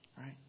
right